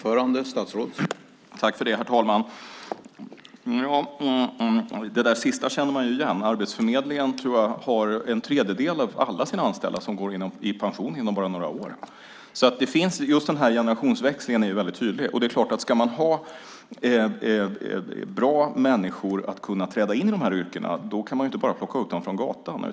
Herr talman! Det sista känner man igen. Jag tror att en tredjedel av alla anställda på Arbetsförmedlingen går i pension inom bara några år. Den här generationsväxlingen är väldigt tydlig. Ska man ha bra människor som kan träda in i de här yrkena kan man inte bara plocka in dem från gatan.